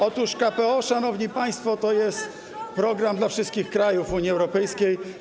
Otóż KPO, szanowni państwo, to jest program dla wszystkich krajów Unii Europejskiej.